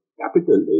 capital